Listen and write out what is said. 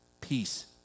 peace